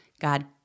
God